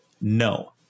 no